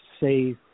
say